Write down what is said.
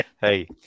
Hey